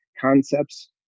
concepts